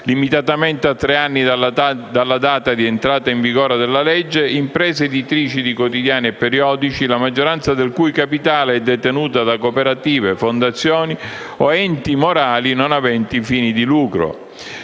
limitatamente a tre anni dalla data di entrata in vigore della legge, come imprese editrici di quotidiani e periodici la maggioranza del cui capitale sia detenuta da cooperative, fondazioni o enti morali non aventi fini di lucro.